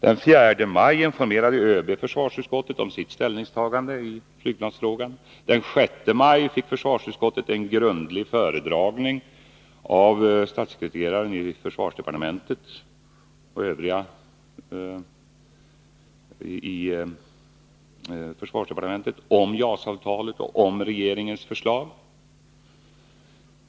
Den 4 maj informerade ÖB försvarsutskottet om sitt ställningstagande i flygplansfrågan. Den 6 maj fick försvarsutskottet en grundlig föredragning av statssekreteraren i försvarsdepartementet och av andra från försvarsdepartementet om JAS-avtalet och om regeringens förslag.